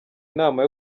inama